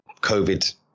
COVID